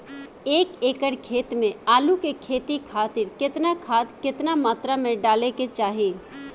एक एकड़ खेत मे आलू के खेती खातिर केतना खाद केतना मात्रा मे डाले के चाही?